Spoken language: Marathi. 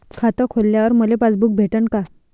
खातं खोलल्यावर मले पासबुक भेटन का?